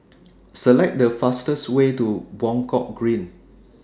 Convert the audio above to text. Select The fastest Way to Buangkok Green